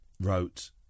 wrote